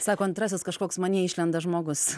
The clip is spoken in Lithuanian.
sako antrasis kažkoks manyje išlenda žmogus